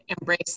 embrace